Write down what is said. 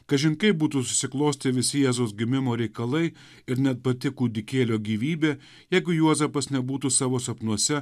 kažin kaip būtų susiklostę visi jėzaus gimimo reikalai ir net pati kūdikėlio gyvybė jeigu juozapas nebūtų savo sapnuose